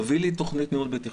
תביא לי תוכנית ניהול בטיחות.